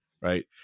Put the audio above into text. Right